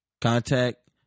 Contact